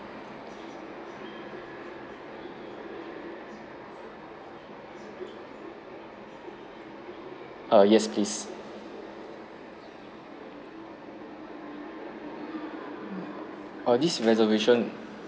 err yes please err this reservation